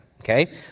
okay